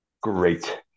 Great